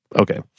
okay